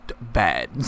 bad